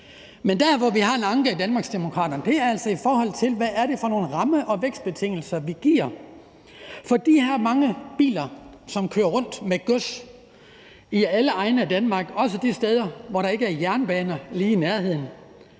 Men der, hvor vi i Danmarksdemokraterne har en anke, er, i forhold til hvad det er for nogle rammer og vækstbetingelser, vi giver. For de her mange lastbiler, som kører rundt med gods i alle egne af Danmark, også de steder, hvor der ikke er jernbaner lige i nærheden,